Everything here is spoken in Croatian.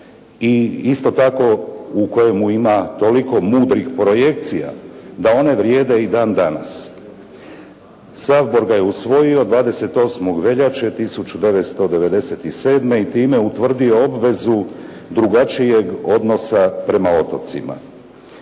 i isto tako u kojemu ima toliko mudrih projekcija da one vrijede i dan danas. Sabor ga je usvojio 28. veljače 1997. i time utvrdio obvezu drugačijeg odnosa prema otocima.